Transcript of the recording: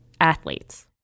athletes